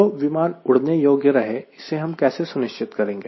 तो विमान उड़ने योग्य रहे इसे हम कैसे सुनिश्चित करेंगे